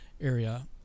area